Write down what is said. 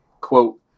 Quote